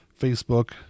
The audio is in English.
Facebook